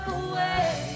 away